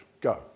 go